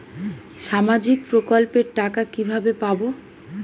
সামাজিক প্রকল্পের টাকা কিভাবে পাব?